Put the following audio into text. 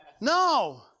No